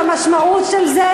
המשמעות של זה,